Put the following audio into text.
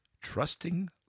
trusting